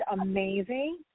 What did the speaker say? amazing